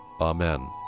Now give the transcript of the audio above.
Amen